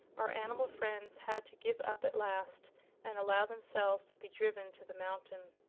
our animal friends had to give up at last and allow themselves to be driven to the mountain.